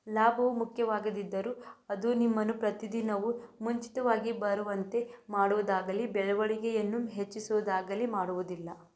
ಲಾಭವು ಮುಖ್ಯವಾಗದಿದ್ದರು ಅದು ನಿಮ್ಮನ್ನು ಪ್ರತಿದಿನವು ಮುಂಚಿತವಾಗಿ ಬರುವಂತೆ ಮಾಡುವುದಾಗಲಿ ಬೆಳವಣಿಗೆಯನ್ನು ಹೆಚ್ಚಿಸುವುದಾಗಲಿ ಮಾಡುವುದಿಲ್ಲ